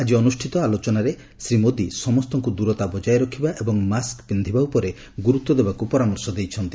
ଆଜି ଅନୁଷ୍ଠିତ ଆଲୋଚନାରେ ଶ୍ରୀ ମୋଦି ସମସ୍ତଙ୍କୁ ଦୂରତା ବଜାୟ ରଖିବା ଏବଂ ମାସ୍କ ପିନ୍ଧିବା ଉପରେ ଗୁରୁତ୍ୱ ଦେବାକୁ ପରାମର୍ଶ ଦେଇଛନ୍ତି